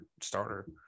starter